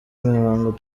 mihango